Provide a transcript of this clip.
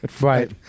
Right